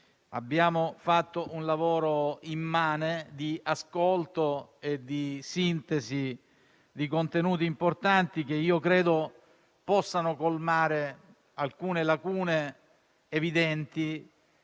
abbiamo fatto un immane lavoro di ascolto e di sintesi di contenuti importanti, che credo possano colmare alcune lacune evidenti,